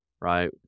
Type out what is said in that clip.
right